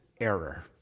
error